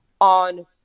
on